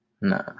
No